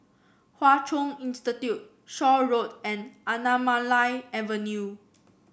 Hwa Chong Institution Shaw Road and Anamalai Avenue